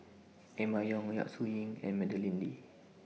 Emma Yong Yap Su Yin and Madeleine Lee